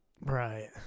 Right